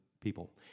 people